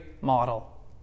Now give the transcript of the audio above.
model